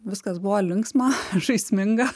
viskas buvo linksma žaisminga